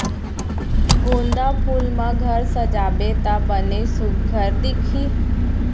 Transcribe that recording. गोंदा फूल म घर सजाबे त बने सुग्घर दिखही